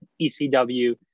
ecw